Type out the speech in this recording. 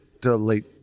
delete